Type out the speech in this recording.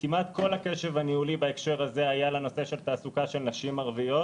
שכמעט כל הקשב הניהולי בהקשר הזה היה בעניין של תעסוקת נשים ערביות,